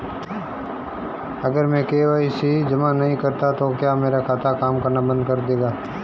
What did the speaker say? अगर मैं के.वाई.सी जमा नहीं करता तो क्या मेरा खाता काम करना बंद कर देगा?